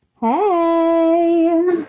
Hey